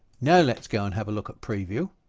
now let's go and have a look at preview